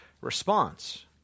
response